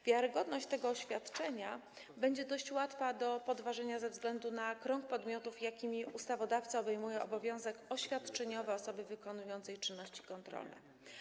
Wiarygodność tego oświadczenia będzie dość łatwa do podważenia ze względu na krąg podmiotów, jakimi ustawodawca obejmuje obowiązek oświadczeniowy osoby wykonującej czynności kontrolne.